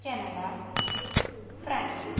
Canada France